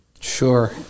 Sure